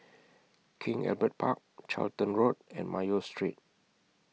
King Albert Park Charlton Road and Mayo Street